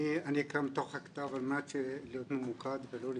אני אקרא מתוך הכתב על מנת להיות ממוקד ולא להתפזר.